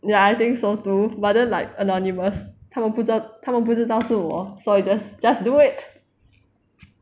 ya I think so too but then like anonymous 他们不知道他们不知道是我 so I just just do it